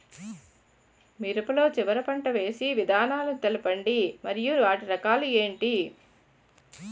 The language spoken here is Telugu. మిరప లో చివర పంట వేసి విధానాలను తెలపండి మరియు వాటి రకాలు ఏంటి